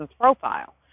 profile